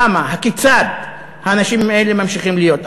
למה, כיצד האנשים האלה ממשיכים להיות?